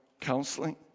counseling